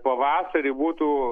pavasarį būtų